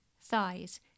thighs